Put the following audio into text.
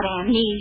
amnesia